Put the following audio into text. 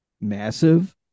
massive